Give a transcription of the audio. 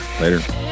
Later